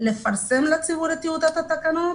ולפרסם לציבור את טיוטת התקנות.